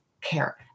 care